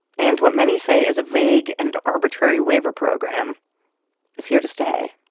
and what many say is a vague and arbitrary waiver program is here to stay.